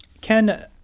Ken